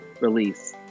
release